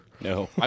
No